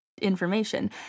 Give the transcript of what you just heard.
information